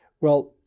well,